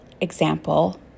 example